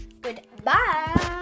Goodbye